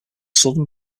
southern